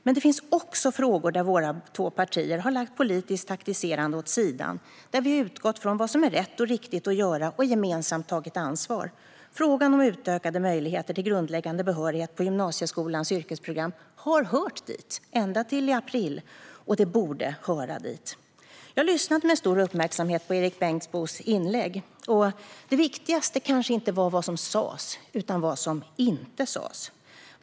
Men det finns också frågor där våra två partier har lagt politiskt taktiserande åt sidan, utgått från vad som är rätt och riktigt att göra och tagit ansvar gemensamt. Frågan om utökade möjligheter till grundläggande behörighet på gymnasieskolans yrkesprogram har hört dit, ända till i april, och borde höra dit. Jag lyssnade med stor uppmärksamhet på Erik Bengtzboes inlägg. Det viktigaste kanske inte var vad som sas utan vad som inte sas.